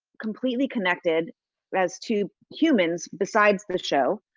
completely connected as two humans besides the show